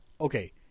Okay